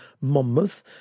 Monmouth